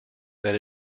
that